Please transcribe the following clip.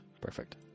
Perfect